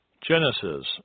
Genesis